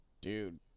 dude